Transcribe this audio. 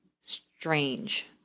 strange